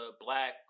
black